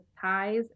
ties